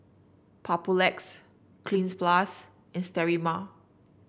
Papulex Cleanz Plus and Sterimar